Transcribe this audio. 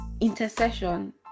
intercession